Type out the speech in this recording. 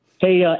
Hey